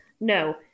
No